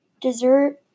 dessert